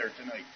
tonight